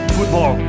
Football